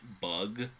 bug